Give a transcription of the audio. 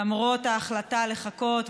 למרות ההחלטה לחכות,